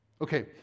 Okay